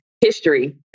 history